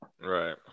Right